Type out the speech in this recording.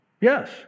Yes